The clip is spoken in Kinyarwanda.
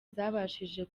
zabashije